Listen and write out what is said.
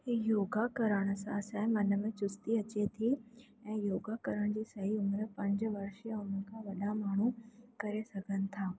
योगा करण सां असांजे मन में चुस्ती अचे थी ऐं योगा करण जी सही उमिरि पंज वर्ष या उन खां वॾा माण्हू करे सघनि था